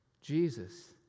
Jesus